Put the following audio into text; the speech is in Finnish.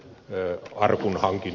myö arkin onkin